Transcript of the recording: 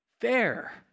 fair